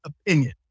opinion